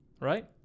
Right